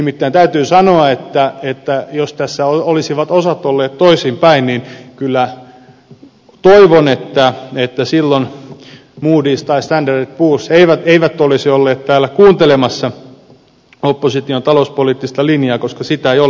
nimittäin täytyy sanoa että jos tässä olisivat osat olleet toisinpäin kyllä toivon että silloin moodys tai standard poors eivät olisi olleet täällä kuuntelemassa opposition talouspoliittista linjaa koska sitä ei ole